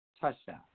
touchdown